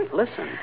listen